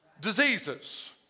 diseases